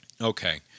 Okay